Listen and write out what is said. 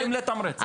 חייבים לתמרץ.